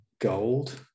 gold